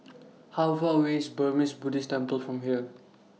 How Far away IS Burmese Buddhist Temple from here